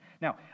Now